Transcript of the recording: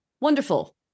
wonderful